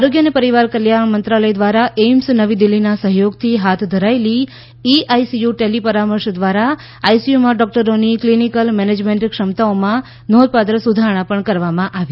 આરોગ્ય અને પરિવાર કલ્યાણ મંત્રાલય દ્વારા એઇમ્સ નવી દિલ્હીના સહયોગથી હાથ ધરાયેલી ઇ આઇસીયુ ટેલિ પરામર્શ દ્વારા આઇસીયુમાં ડોકટરોની ક્લિનિકલ મેનેજમેન્ટ ક્ષમતાઓમાં નોંધપાત્ર સુધારણા કરવામાં આવી છે